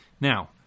Now